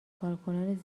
کارکنان